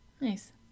Nice